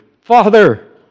Father